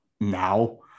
now